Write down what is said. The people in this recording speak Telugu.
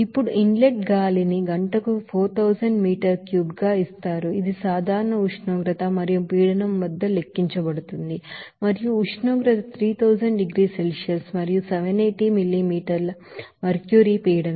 ఇప్పుడు ఇన్ లెట్ గాలిని గంటకు 4000 meter cube గా ఇస్తారు ఇది సాధారణ ఉష్ణోగ్రత మరియు ప్రెషర్ వద్ద లెక్కించబడుతుంది మరియు ఉష్ణోగ్రత 300 డిగ్రీల సెల్సియస్ మరియు 780 మిల్లీమీటర్ల మెర్క్యురీ ప్రెషర్